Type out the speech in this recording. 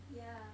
yeah